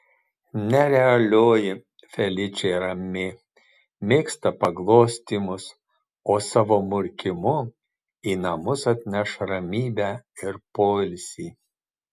nerealioji feličė rami mėgsta paglostymus o savo murkimu į namus atneš ramybę ir poilsį